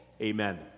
Amen